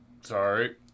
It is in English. sorry